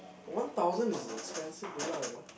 one thousand is a expensive villa you know